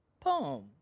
poem